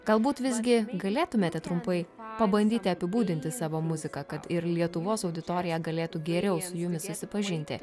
galbūt visgi galėtumėte trumpai pabandyti apibūdinti savo muziką kad ir lietuvos auditorija galėtų geriau su jumis susipažinti